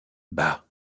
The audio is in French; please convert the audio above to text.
bah